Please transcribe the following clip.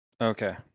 Okay